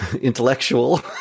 intellectual